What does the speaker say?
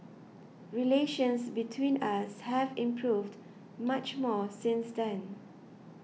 relations between us have improved much more since then